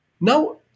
Now